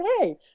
hey